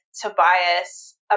Tobias